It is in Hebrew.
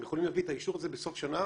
הן יכולות להביא את האישור הזה בסוף שנה,